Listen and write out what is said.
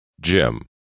Jim